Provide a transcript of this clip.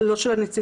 זה לא של הנציבות.